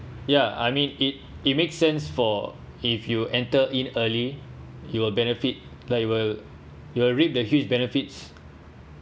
ya I mean it it makes sense for if you enter in early you will benefit like it will it will reap the huge benefits